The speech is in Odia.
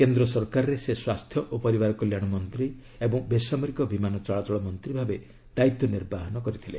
କେନ୍ଦ୍ର ସରକାରରେ ସେ ସ୍ୱାସ୍ଥ୍ୟ ଓ ପରିବାର କଲ୍ୟାଣ ମନ୍ତ୍ରୀ ଏବଂ ବେସାମରିକ ବିମାନ ଚଳାଚଳ ମନ୍ତ୍ରୀ ଭାବେ ଦାୟିତ୍ୱ ନିର୍ବାହନ କରିଥିଲେ